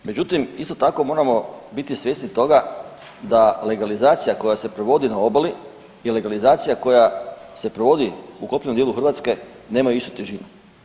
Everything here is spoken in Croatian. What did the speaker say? Međutim, isto tako moramo biti svjesni toga da legalizacija koja se provodi na obali i legalizacija koja se provodi u kopnenom dijelu Hrvatske nemaju istu težinu.